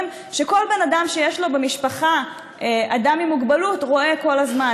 שכל בן אדם שיש לו במשפחה אדם עם מוגבלות רואה כל הזמן,